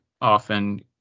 often